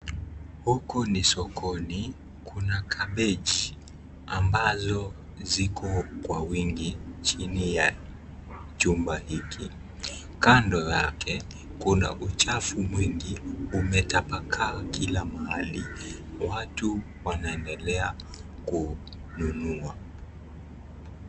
Huku ni sokoni, Kuna kabeji ambalo ziko kwa wingi chini ya chumba hiki. Kando yake Kuna uchafu mwingi umetapakaa kila mahali, watu wanaendelea kununua.